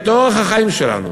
את אורח החיים שלנו,